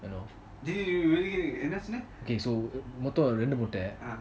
do you really என்ன சொன்ன:enna sonna